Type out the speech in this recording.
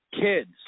kids